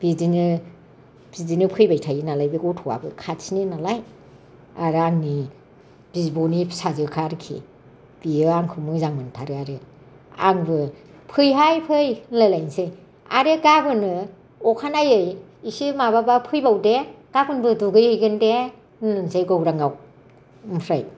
बिदिनो फैबाय थायो नालाय बे गथ'आबो खाथिनि नालाय आरो आंनि बिब'नि फिसाजोखा आरोखि बियो आंखौ मोजां मोनथारो आरो आंबो फैहाय फै होनलाय लायनोसै आरो गाबोनो अखानायै एसे माबाबा फैबाव दे गाबोनबो दुगै हैगोन दे होनसै गौराङाव ओमफ्राय